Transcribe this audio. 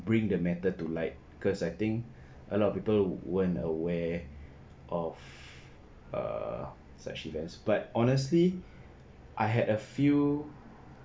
bring the matter to like cause I think a lot of people weren't aware of err such events but honestly I had a few